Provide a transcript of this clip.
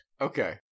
Okay